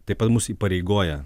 taip pat mus įpareigoja